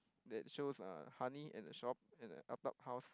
that shows uh honey and a shop and a attap house